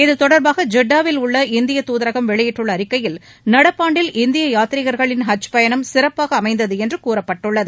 இது தொடர்பாக இத்தாவிலுள்ள இந்திய தூதரகம் வெளியிட்டுள்ள அறிக்கையில் நடப்பாண்டில் இந்திய யாத்திரிகர்களின் ஹஜ் பயணம் சிறப்பாக அமைந்தது என்று கூறப்பட்டுள்ளது